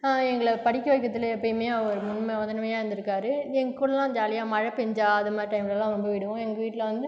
எங்களை படிக்க வக்கிறதில் எப்பவுமே அவர் முன்மயா முதன்மையாக இருந்துருக்கார் எங்கள் கூடல்லாம் ஜாலியாக மழை பெஞ்சா அதமாதிரி டைமுலலாம் வந்துவிடுவோம் எங்கள் வீட்டில் வந்து